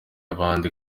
abandi